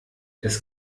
das